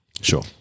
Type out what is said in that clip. Sure